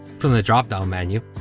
from the dropdown menu,